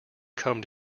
combed